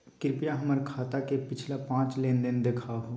कृपया हमर खाता के पिछला पांच लेनदेन देखाहो